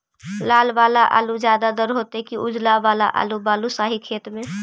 लाल वाला आलू ज्यादा दर होतै कि उजला वाला आलू बालुसाही खेत में?